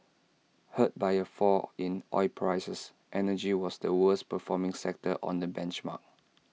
hurt by A fall in oil prices energy was the worst performing sector on the benchmark